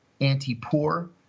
anti-poor